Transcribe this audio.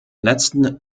letzten